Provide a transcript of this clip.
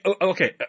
okay